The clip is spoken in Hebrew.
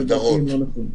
שלדעתי הם לא נכונים.